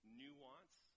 nuance